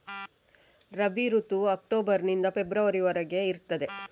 ರಬಿ ಋತುವು ಅಕ್ಟೋಬರ್ ನಿಂದ ಫೆಬ್ರವರಿ ವರೆಗೆ ಇರ್ತದೆ